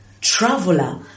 traveler